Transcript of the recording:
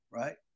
right